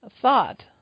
thought